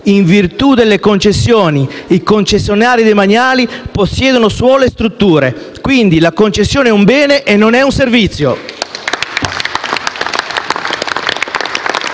«In virtù della concessione e i concessionari demaniali possiedono suolo e strutture, quindi la concessione è un bene, non è un servizio».